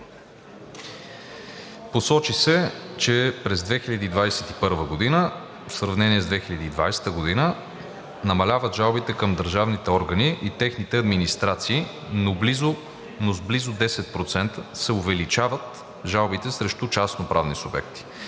Посочи се, че през 2021 г., в сравнение с 2020 г., намаляват жалбите към държавните органи и техните администрации, но с близо 10% се увеличават жалбите срещу частноправни субекти